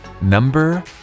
number